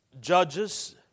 judges